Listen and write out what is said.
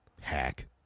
Hack